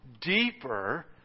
deeper